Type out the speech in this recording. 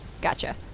gotcha